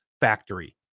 factory